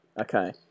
okay